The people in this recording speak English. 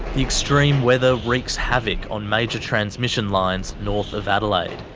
the extreme weather wreaks havoc on major transmission lines, north of adelaide.